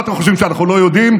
מה אתם חושבים, שאנחנו לא יודעים?